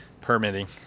permitting